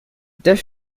deaf